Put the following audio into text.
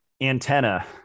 antenna